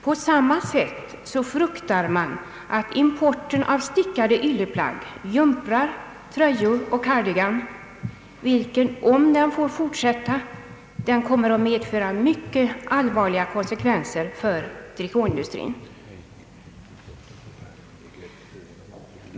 På samma sätt fruktar man att importen av stickade ylleplagg — jumprar, tröjor och cardigans — om den får fortsätta, kommer att medföra mycket allvarliga konsekvenser för trikåindustrin.